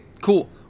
cool